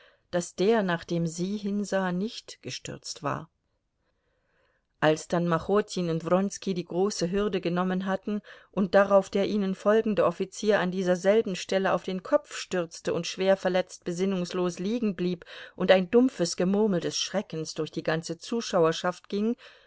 daß der nach dem sie hinsah nicht gestürzt war als dann machotin und wronski die große hürde genommen hatten und darauf der ihnen folgende offizier an dieser selben stelle auf den kopf stürzte und schwerverletzt besinnungslos liegenblieb und ein dumpfes gemurmel des schreckens durch die ganze zuschauerschaft ging